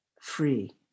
free